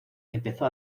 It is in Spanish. empezó